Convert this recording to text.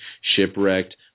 shipwrecked